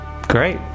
Great